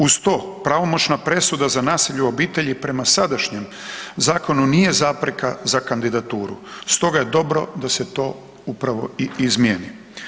Uz to, pravomoćna presuda za nasilje u obitelju prema sadašnjem zakonu nije zapreka za kandidaturu, stoga je dobro da se to upravo i izmijeni.